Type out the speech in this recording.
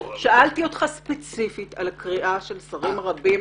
שאלתי אותך ספציפית על קריאה של שרים רבים,